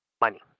Money